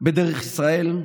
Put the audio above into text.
בדרך ישראל,